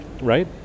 Right